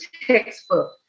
textbook